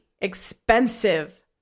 expensive